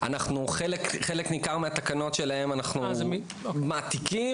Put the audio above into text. חלק ניכר מהתקנות שלהם אנחנו מעתיקים,